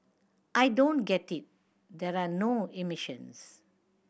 I don't get it there are no emissions